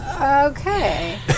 Okay